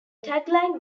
tagline